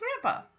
grandpa